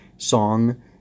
song